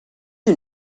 you